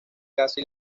caza